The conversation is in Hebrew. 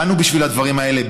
באנו בשביל הדברים האלה,